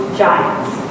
giants